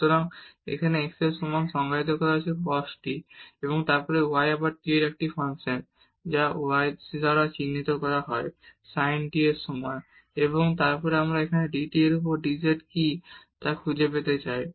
সুতরাং যা এখানে x এর সমান সংজ্ঞায়িত করা হয়েছে cos t এবং তারপর y আবার t এর একটি ফাংশন যা y দ্বারা চিহ্নিত করা হয় sin t এর সমান এবং তারপর আমরা এখানে dt এর উপর dz কি তা খুঁজে পেতে চাই